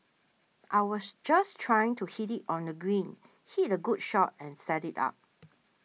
I was just trying to hit it on the green hit a good shot and set it up